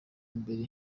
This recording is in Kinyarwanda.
mbere